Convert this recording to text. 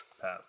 Pass